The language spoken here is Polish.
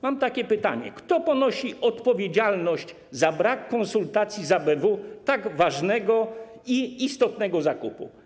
Mam takie pytanie: Kto ponosi odpowiedzialność za brak konsultacji z ABW tak ważnego i istotnego zakupu?